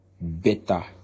better